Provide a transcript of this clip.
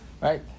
Right